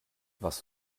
warst